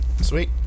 sweet